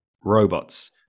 robots